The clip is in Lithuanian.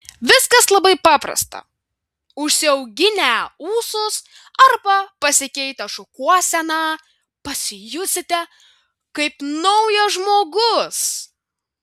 viskas labai paprasta užsiauginę ūsus arba pasikeitę šukuoseną pasijusite kaip naujas žmogus